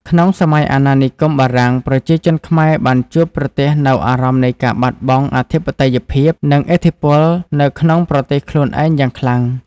ក្នុងសម័យអាណានិគមបារាំង ប្រជាជនខ្មែរបានជួបប្រទះនូវអារម្មណ៍នៃការបាត់បង់អធិបតេយ្យភាព និងឥទ្ធិពលនៅក្នុងប្រទេសខ្លួនឯងយ៉ាងខ្លាំង។